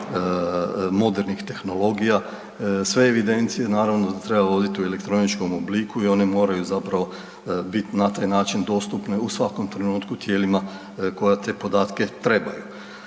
modernih tehnologija. Sve evidencije naravno da treba voditi u elektroničkom obliku i one moraju zapravo biti na taj način dostupne u svakom trenutku tijelima koja te podatke trebaju.